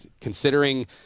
Considering